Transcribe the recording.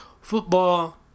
football